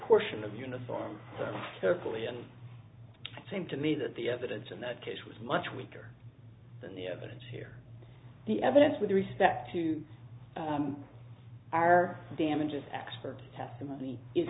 portion of uniforms carefully and seem to me that the evidence in that case was much weaker than the evidence here the evidence with respect to our damages expert testimony is